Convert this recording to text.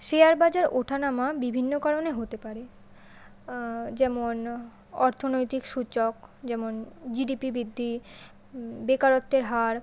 share বাজার ওঠা নামা বিভিন্ন কারণে হতে পারে যেমন অর্থনৈতিক সূচক যেমন জিডিপি বৃদ্ধি বেকারত্বের হার